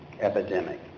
Epidemic